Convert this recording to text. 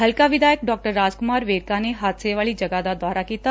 ਹਲਕਾ ਵਿਧਾਇਕ ਡਾਕਟਰ ਰਾਜ ਕੁਮਾਰ ਵੇਰਕਾ ਨੇ ਹਾਦਸੇ ਵਾਲੀ ਜਗ਼ਾ ਦਾ ਦੌਰਾ ਕੀਤਾ